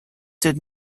did